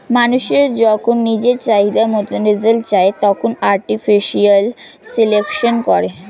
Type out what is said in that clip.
মানুষ যখন নিজের চাহিদা মতন রেজাল্ট চায়, তখন আর্টিফিশিয়াল সিলেকশন করে